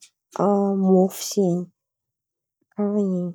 môfo zen̈y an̈y iny.